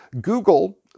Google